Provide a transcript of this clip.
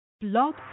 Blog